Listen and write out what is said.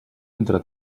entre